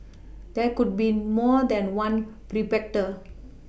there could be more than one perpetrator